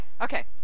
Okay